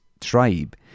tribe